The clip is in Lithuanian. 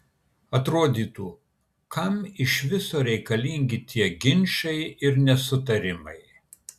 atrodytų kam iš viso reikalingi tie ginčai ir nesutarimai